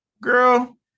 girl